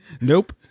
Nope